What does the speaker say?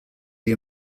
you